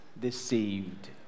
deceived